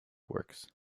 works